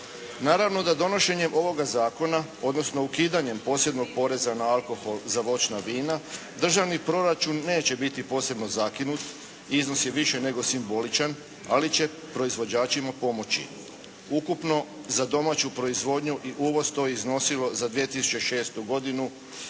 Naravno da donošenjem ovoga Zakona, odnosno ukidanjem posebnog poreza na alkohol za voćna vina državni proračun neće biti posebno zakinut i iznosi više nego simboličan, ali će proizvođačima pomoći. Ukupno za domaću proizvodnju i uvoz to je iznosilo za 2006. godinu,